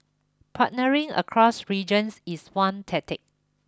partnering across regions is one tactic